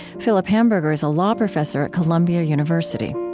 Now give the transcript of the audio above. philip hamburger is a law professor at columbia university